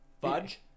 Fudge